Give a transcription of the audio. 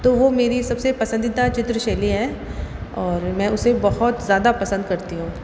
तो वो मेरी सबसे पसंदीदा चित्र शैली है और मैं उसे बहुत ज़्यादा पसंद करती हूँ